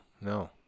no